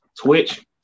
Twitch